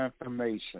information